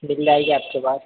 मिल जाएगी आपके पास